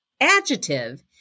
adjective